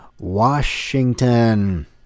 Washington